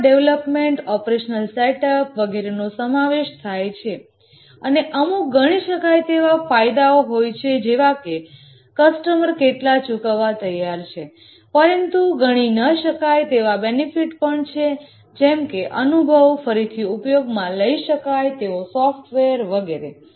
કોસ્ટમાં development operational set up વગેરેનો સમાવેશ થાય છે અને અમુક ગણી શકાય તેવા ફાયદા હોય છે જેવાકે કસ્ટમર કેટલા ચૂકવવા તૈયાર છે પરંતુ ગણી ન શકાય તેવા બેનિફિટ પણ છે જેમકે અનુભવ ફરીથી ઉપયોગમાં લઈ શકાય તેવો સોફ્ટવેર વગેરે